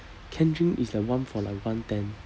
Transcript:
canned drink is like one for like one ten